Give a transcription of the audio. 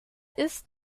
ist